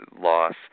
loss